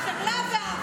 גברתי, נא לרדת.